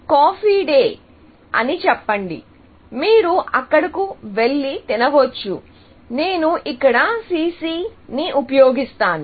coffee cafe day అని చెప్పండి మీరు అక్కడకు వెళ్లి తినవచ్చు నేను ఇక్కడ CC ని ఉపయోగిస్తాను